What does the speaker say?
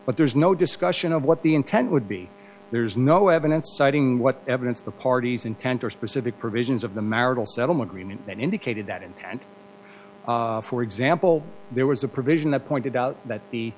but there's no discussion of what the intent would be there's no evidence citing what evidence the parties intent or specific provisions of the marital settlement agreement that indicated that in for example there was a provision that pointed out that the